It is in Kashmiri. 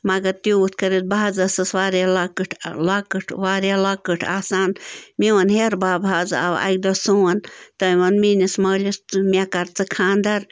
مگر تیوٗت کٔرِتھ بہٕ حظ ٲسٕس واریاہ لۄکٕٹ لۄکٕٹ واریاہ لۄکٕٹ آسان میون ہیٚہَر بَب حظ آو اَکہِ دۄہ سون تٔمۍ ووٚن میٛٲنِس مٲلِس ژٕ مےٚ کَر ژٕ خانٛدَر